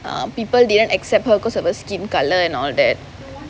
um people didn't accept her because of skin colour and all that